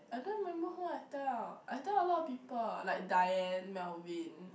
I don't remember who I tell I tell a lot of people like Diane Melvin